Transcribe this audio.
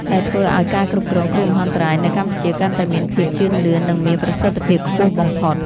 ដែលធ្វើឱ្យការគ្រប់គ្រងគ្រោះមហន្តរាយនៅកម្ពុជាកាន់តែមានភាពជឿនលឿន និងមានប្រសិទ្ធភាពខ្ពស់បំផុត។